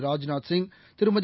Rajnath Singh Thirumathi